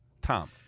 Tom